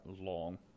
long